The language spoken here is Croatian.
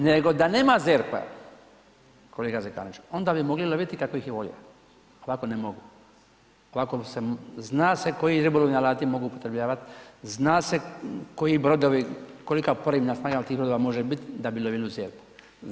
Nego da nema ZERP-a kolega Zekanoviću, onda bi mogli loviti kako ih je volja, ovako ne mogu, ovako se, zna se koji ribolovni alati mogu upotrebljavat, zna se koji brodovi, kolika … [[Govornik se ne razumije]] manja od tih brodova može bit da bi lovili u ZERP-u.